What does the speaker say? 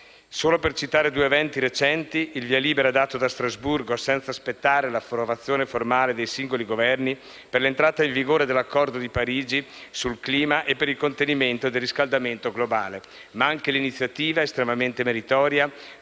solo citare due eventi recenti: il via libera dato da Strasburgo, senza aspettare l'approvazione formale dei singoli Governi, per l'entrata in vigore dell'accordo di Parigi sul clima e per il contenimento del riscaldamento globale, ma anche l'iniziativa, estremamente meritoria,